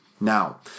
Now